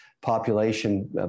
population